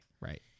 right